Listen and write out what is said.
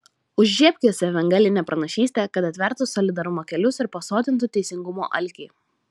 užžiebk juose evangelinę pranašystę kad atvertų solidarumo kelius ir pasotintų teisingumo alkį